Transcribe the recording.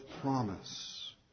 promise